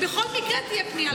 בכל מקרה תהיה פנייה,